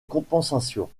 compensation